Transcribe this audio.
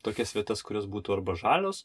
tokias vietas kurios būtų arba žalios